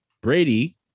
Brady